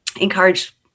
encourage